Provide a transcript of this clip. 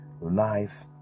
life